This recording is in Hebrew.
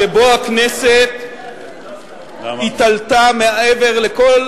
רגע שבו הכנסת התעלתה מעל לכל